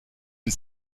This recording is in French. une